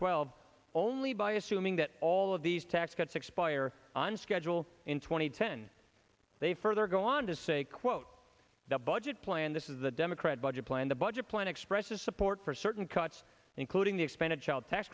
twelve only by assuming that all of these tax cuts expire on schedule in two thousand and ten they further go on to say quote the budget plan this is the democrat budget plan the budget plan expresses support for certain cuts including the expanded child tax